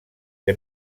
que